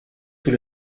sous